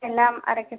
എല്ലാം അടയ്ക്ക്